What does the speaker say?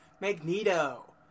Magneto